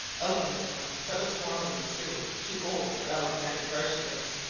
elphinstone, that was formerly steward to old sir alexander carstairs.